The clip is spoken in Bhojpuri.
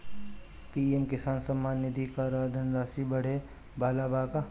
पी.एम किसान सम्मान निधि क धनराशि बढ़े वाला बा का?